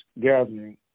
gathering